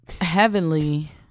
heavenly